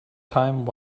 time